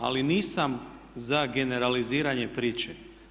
Ali nisam za generaliziranje priče.